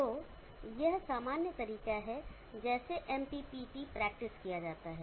तो यह सामान्य तरीका है जैसे एमपीपीटी प्रैक्टिसकिया जाता है